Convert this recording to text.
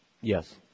Yes